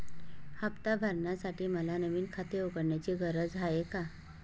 हफ्ता भरण्यासाठी मला नवीन खाते उघडण्याची गरज आहे का?